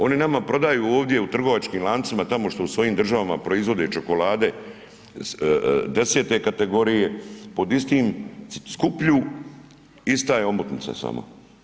Oni nama prodaju ovdje u trgovačkim lancima tamo što su svojim državama proizvode čokolade 10 kategorije pod istim, skuplju, ista je omotnica samo.